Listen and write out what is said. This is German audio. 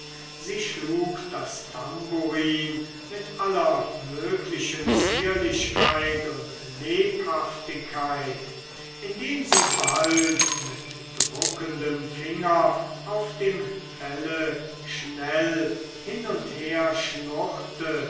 sie schlug das tamburin mit aller möglichen zierlichkeit und lebhaftigkeit indem sie bald mit druckendem finger auf dem felle schnell hin und her schnurrte